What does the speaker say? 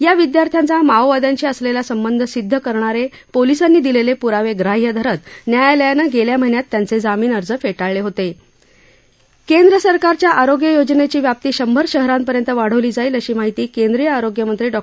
या विद्यार्थ्यांचा माओवाद्यांशी असलब्धा संबंध सिद्ध करणार पोलीसांनी दिलक्ष प्राव ग्राह्य धरत न्यायालयानं गक्ष्या महिन्यात त्यांच जामीन अर्ज फ्टाळल होत केंद्र सरकार आरोग्ययोजनघ्वी व्याप्ती शंभर शहरांपर्यंत वाढवली जाईल अशी माहिती कैंद्रीय आरोग्य मंत्री डॉ